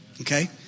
Okay